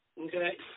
Okay